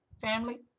family